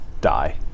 die